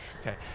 okay